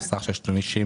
סך של 50,560